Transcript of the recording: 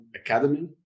academy